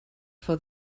for